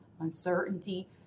uncertainty